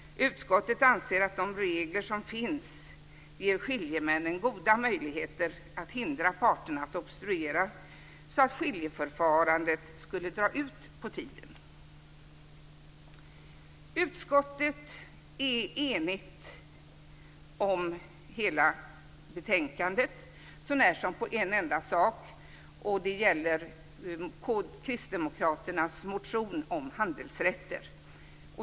Utskottet anser att de regler som finns ger skiljemännen goda möjligheter att hindra parterna från att obstruera så att skiljeförfarandet skulle dra ut på tiden. Utskottet är enigt om hela betänkandet sånär som på en enda punkt. Det gäller Kristdemokraternas motion om handelsrätter.